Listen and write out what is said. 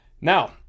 Now